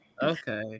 Okay